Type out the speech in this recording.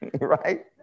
right